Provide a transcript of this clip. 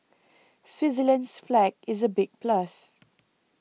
Switzerland's flag is a big plus